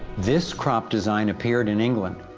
this crop design appeared in england,